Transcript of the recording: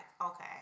okay